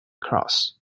cross